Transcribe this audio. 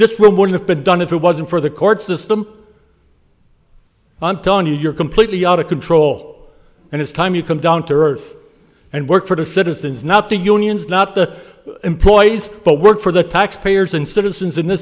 this would have been done if it wasn't for the court system i'm telling you you're completely out of control and it's time you come down to earth and work for the citizens not the unions not the employees but work for the taxpayers and citizens in th